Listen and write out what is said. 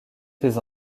tes